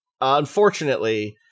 unfortunately